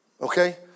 Okay